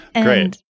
Great